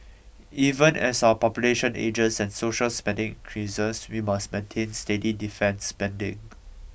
even as our population ages and social spending increases we must maintain steady defence spending